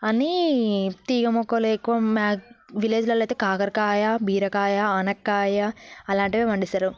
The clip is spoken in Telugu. అని తీగ మొక్కలు ఎక్కువ విలేజ్లల్లో అయితే కాకరకాయ బీరకాయ ఆనగకాయ అలాంటివే పండిస్తారు